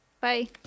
Bye